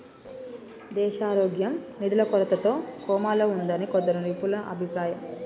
దేశారోగ్యం నిధుల కొరతతో కోమాలో ఉన్నాదని కొందరు నిపుణుల అభిప్రాయం